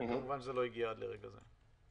וכמובן שזה לא הגיע עד לרגע זה.